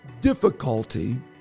difficulty